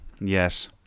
Yes